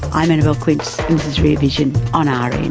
i'm annabelle quince, and this is rear vision on ah rn